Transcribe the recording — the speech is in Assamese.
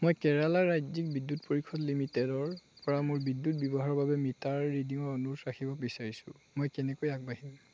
মই কেৰালা ৰাজ্যিক বিদ্যুৎ পৰিষদ লিমিটেডৰপৰা মোৰ বিদ্যুৎ ব্যৱহাৰৰ বাবে মিটাৰ ৰিডিঙৰ অনুৰোধ ৰাখিব বিচাৰিছোঁ মই কেনেকৈ আগবাঢ়িম